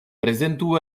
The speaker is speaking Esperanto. prezentu